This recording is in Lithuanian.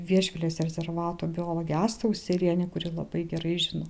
viešvilės rezervato biologė asta uselienė kuri labai gerai žino